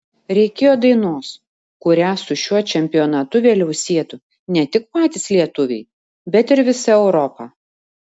reikėjo dainos kurią su šiuo čempionatu vėliau sietų ne tik patys lietuviai bet ir visa europa